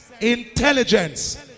intelligence